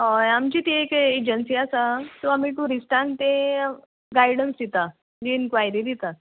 हय आमची ती एक एजन्सी आसा सो आमी टुरिस्टांक तें गायडन्स दिता म्हणजे इनक्वायरी दिता